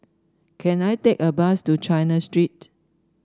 can I take a bus to China Street